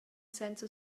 senza